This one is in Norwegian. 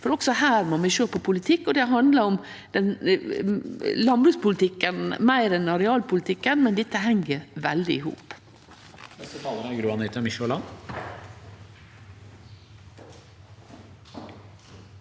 Også her må vi sjå på politikk, og det handlar om landbrukspolitikken meir enn arealpolitikken, men dette heng veldig i hop.